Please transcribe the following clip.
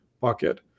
bucket